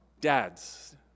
dads